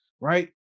right